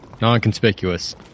Non-conspicuous